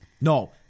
No